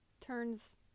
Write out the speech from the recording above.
turns